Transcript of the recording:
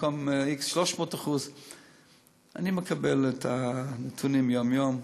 במקום x 300%. אני מקבל את הנתונים יום-יום,